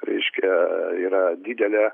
reiškia yra didelė